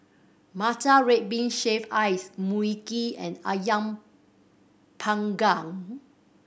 matcha red bean shaved ice Mui Kee and Ayam Panggang